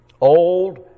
Old